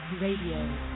Radio